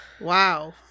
Wow